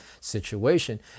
situation